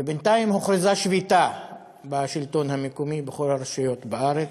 ובינתיים הוכרזה שביתה בשלטון המקומי בכל הרשויות בארץ,